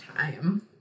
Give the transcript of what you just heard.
time